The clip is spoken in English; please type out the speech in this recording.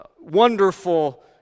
wonderful